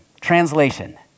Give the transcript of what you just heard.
Translation